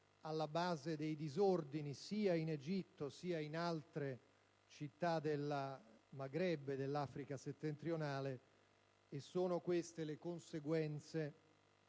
alla base dei disordini, sia in Egitto sia in altre città del Maghreb e dell'Africa settentrionale. Sono le conseguenze,